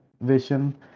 vision